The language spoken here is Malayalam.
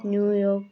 ന്യൂയോർക്ക്